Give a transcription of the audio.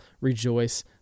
rejoice